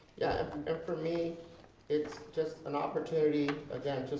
yeah, and for me it's just an opportunity again,